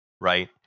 right